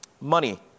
money